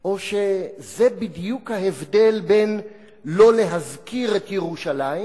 או שזה בדיוק ההבדל בין לא להזכיר את ירושלים